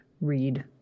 read